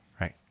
right